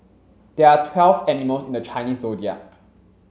there are twelve animals in the Chinese Zodiac